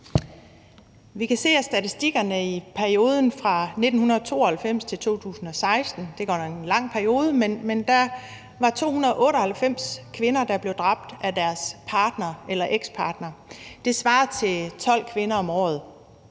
Vi kan se af statistikkerne i perioden 1992-2016 – det er godt nok en lang periode – at der var 298 kvinder, der blev dræbt af deres partner eller ekspartner. Det svarer til 12 kvinder om året.